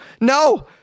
No